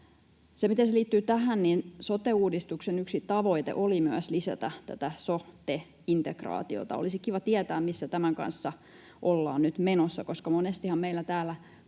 Se, miten se liittyy tähän: sote-uudistuksen yksi tavoite oli myös lisätä tätä sote-integraatiota. Olisi kiva tietää, missä tämän kanssa ollaan nyt menossa, koska monestihan meillä täällä